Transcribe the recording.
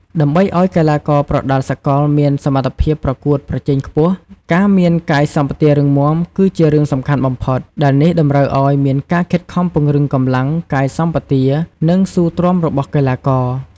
ដើម្បីឲ្យកីឡាករប្រដាល់សកលមានសមត្ថភាពប្រកួតប្រជែងខ្ពស់ ការមានកាយសម្បទារឹងមាំគឺជារឿងសំខាន់បំផុត ដែលនេះតម្រូវឲ្យមានការខិតខំពង្រឹងកម្លាំង កាយសម្បទា និងស៊ូទ្រាំរបស់កីឡាករ។